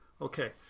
Okay